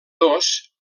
dos